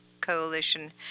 Coalition